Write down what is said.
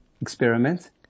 experiment